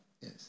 Yes